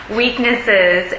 weaknesses